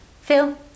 Phil